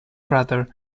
brother